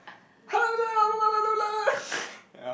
hello laloolaloolaloola